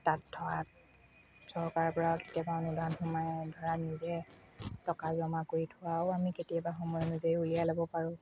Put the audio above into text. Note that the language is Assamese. তাত থৱা চৰকাৰৰ পৰা কিবা অনুদান সোমাই ধৰা নিজে টকা জমা কৰি থোৱাও আমি কেতিয়াবা সময় অনুযায়ী উলিয়াই ল'ব পাৰোঁ